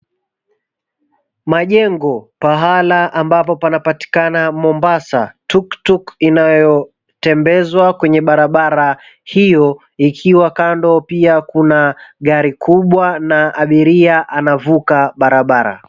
Majengo. Pahala ambapo panapatikana Mombasa. Tuktuk inayotembezwa kwenye barabara hiyo ikiwa kando pia kuna gari kubwa na athiria anavuka barbara.